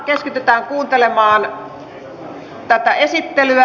keskitytään kuuntelemaan tätä esittelyä